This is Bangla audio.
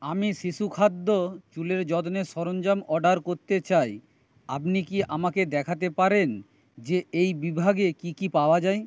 আমি শিশু খাদ্য চুলের যত্নের সরঞ্জাম অর্ডার করতে চাই আপনি কি আমাকে দেখাতে পারেন যে এই বিভাগে কি কি পাওয়া যায়